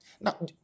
Now